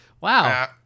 wow